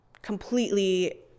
completely